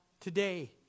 Today